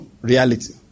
reality